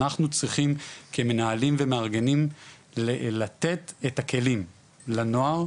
אנחנו צריכים כמנהלים ומארגנים לתת את הכלים לנוער,